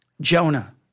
Jonah